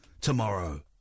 tomorrow